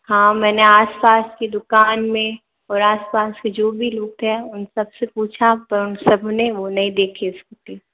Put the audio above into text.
हाँ मैंने आस पास के दुकान में और आस पास के जो भी लोग थे उन सब से पूछा पर उन सब ने वो नहीं देखी स्कूटी